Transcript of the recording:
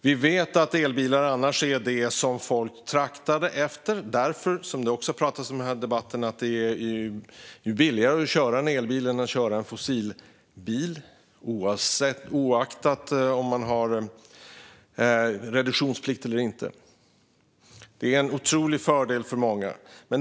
Vi vet att elbilar annars är det som folk traktar efter, för det är billigare att köra en elbil än en fossilbil, oavsett om vi har reduktionsplikt eller inte. Det är en otrolig fördel för många.